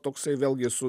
toksai vėlgi su